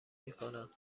میکنم